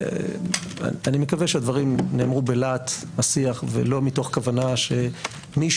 אני מקווה שהדברים נאמרו בלהט השיח ולא מתוך כוונה שמישהו,